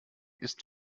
ist